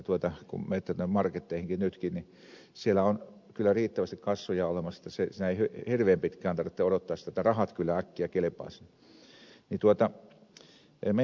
kun menette tuonne marketteihin nytkin siellä on kyllä riittävästi kassoja olemassa siellä ei hirveän pitkään tarvitse odottaa sitä rahat kyllä äkkiä kelpaavat sinne